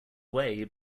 way